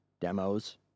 demos